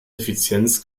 effizienz